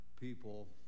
people